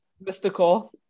mystical